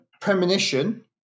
premonition